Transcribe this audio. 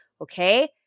okay